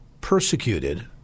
persecuted